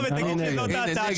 אני נגד.